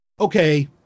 okay